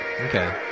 okay